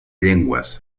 llengües